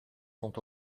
sont